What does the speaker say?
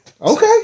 Okay